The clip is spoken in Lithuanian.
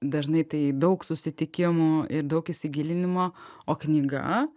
dažnai tai daug susitikimų ir daug įsigilinimo o knyga